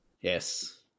Yes